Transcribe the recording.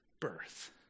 birth